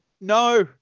no